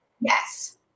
yes